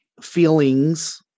feelings